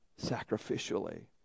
sacrificially